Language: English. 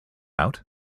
out